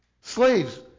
Slaves